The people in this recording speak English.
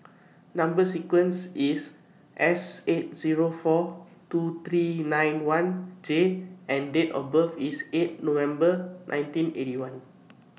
Number sequence IS S eight Zero four two three nine one J and Date of birth IS eight November nineteen Eighty One